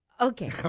Okay